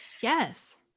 Yes